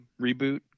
reboot